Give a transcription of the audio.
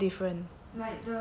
like how different